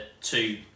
two